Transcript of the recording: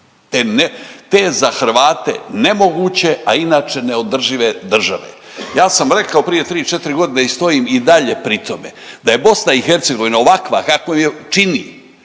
te za Hrvate nemoguće, a inače neodržive države. Ja sam rekao prije 3, 4 godine i stojim i dalje pri tome, da je BiH ovakva kakvu je čini